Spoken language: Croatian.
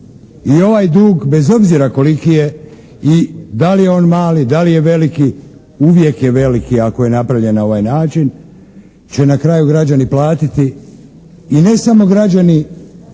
I ovaj dug bez obzira koliki je, i da li je on mali, da li je veliki, uvijek je veliki ako je napravljen na ovaj način, će na kraju građani platiti i ne samo građani